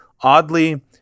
oddly